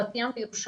בבת ים ובירושלים,